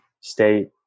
state